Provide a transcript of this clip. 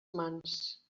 mans